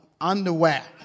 Underwear